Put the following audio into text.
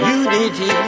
unity